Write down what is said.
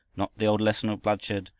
not the old lesson of bloodshed,